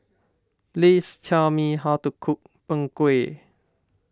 please tell me how to cook Png Kueh